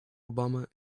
obama